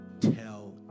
tell